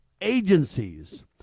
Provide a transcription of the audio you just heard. agencies